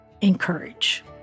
encourage